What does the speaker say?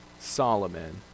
solomon